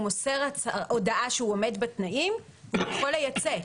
הוא מוסר הודעה שהוא עומד בתנאים והוא יכול לייצא.